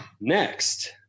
Next